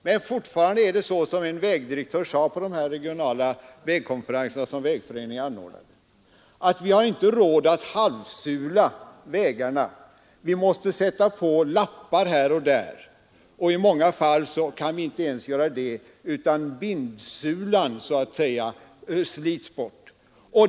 Men fortfarande är det så, som en vägdirektör sade på en av de regionala vägkonferenser som Vägföreningen anordnat, att vi har inte råd att halvsula vägarna; vi måste sätta på lappar här och där, och i många fall kan vi inte ens göra det, utan ”bindsulan” slits bort.